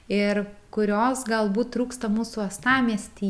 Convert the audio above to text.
ir kurios galbūt trūksta mūsų uostamiesty